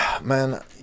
man